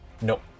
Nope